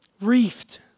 reefed